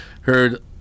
heard